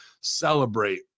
celebrate